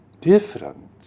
different